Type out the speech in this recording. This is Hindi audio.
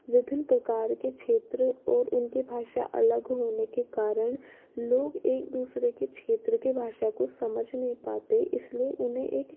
विभिन्न प्रकार के क्षेत्र और उनके भाषा अलग होने के कारण लोग एक दूसरे के क्षेत्र की भाषा को समझ नहीं पाते इसलिए उन्हें एक